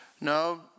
No